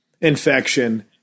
infection